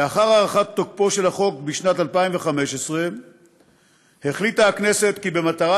לאחר הארכת תוקפו של החוק בשנת 2015 החליטה הכנסת כי במטרה